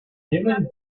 given